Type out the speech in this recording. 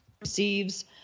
receives